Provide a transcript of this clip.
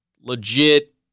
legit